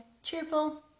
cheerful